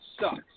sucks